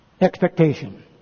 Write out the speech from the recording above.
expectation